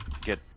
get